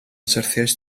syrthiaist